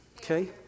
Okay